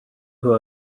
who